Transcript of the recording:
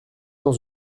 dans